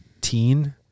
teen